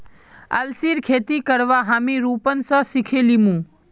अलसीर खेती करवा हामी रूपन स सिखे लीमु